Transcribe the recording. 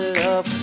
love